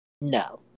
No